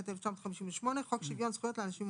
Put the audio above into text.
התשי״ח-1958; ״חוק שוויון זכויות לאנשים עם